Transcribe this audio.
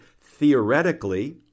Theoretically